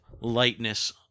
lightness